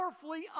powerfully